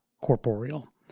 corporeal